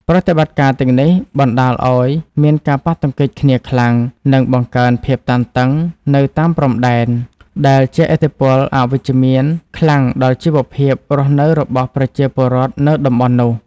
ប្រតិបត្តិការទាំងនេះបណ្ដាលឱ្យមានការប៉ះទង្គិចគ្នាខ្លាំង និងបង្កើនភាពតានតឹងនៅតាមព្រំដែន ដែលជះឥទ្ធិពលអវិជ្ជមានខ្លាំងដល់ជីវភាពរស់នៅរបស់ប្រជាពលរដ្ឋនៅតំបន់នោះ។